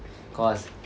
cause